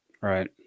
Right